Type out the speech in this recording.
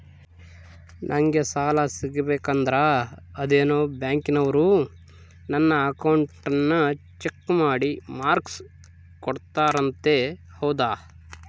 ನಂಗೆ ಸಾಲ ಸಿಗಬೇಕಂದರ ಅದೇನೋ ಬ್ಯಾಂಕನವರು ನನ್ನ ಅಕೌಂಟನ್ನ ಚೆಕ್ ಮಾಡಿ ಮಾರ್ಕ್ಸ್ ಕೊಡ್ತಾರಂತೆ ಹೌದಾ?